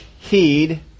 Heed